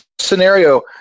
scenario